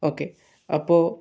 okay അപ്പോൾ